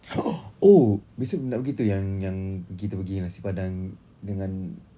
oh besok nak pergi tu yang yang kita pergi nasi padang dengan